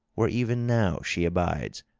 where even now she abides,